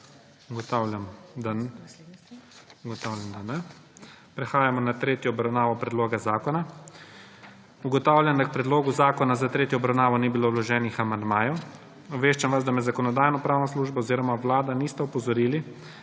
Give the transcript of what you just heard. Ugotavljam, da ne. Prehajamo na tretjo obravnavo predloga zakona. Ugotavljam, da k predlogu zakona za tretjo obravnavo ni bilo vloženih amandmajev. Obveščan vas, da me Zakonodajno-pravna služba oziroma Vlada nista opozorili,